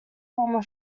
former